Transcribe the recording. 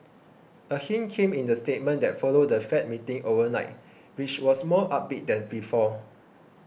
a hint came in the statement that followed the Fed meeting overnight which was more upbeat than before